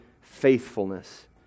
faithfulness